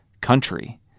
country